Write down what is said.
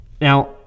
now